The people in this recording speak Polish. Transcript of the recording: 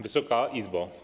Wysoka Izbo!